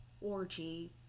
orgy